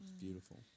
Beautiful